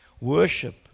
worship